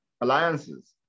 alliances